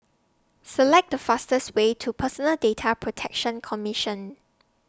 Select The fastest Way to Personal Data Protection Commission